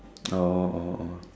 oh oh oh